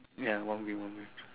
ya one wheel one wheel